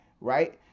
right